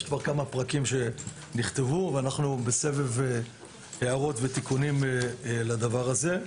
יש כבר כמה פרקים שנכתבו ואנחנו בסבב הערות ותיקונים לדבר הזה.